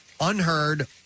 unheard